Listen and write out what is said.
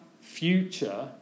future